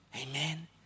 Amen